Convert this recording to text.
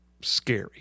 scary